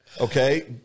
Okay